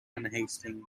unhasting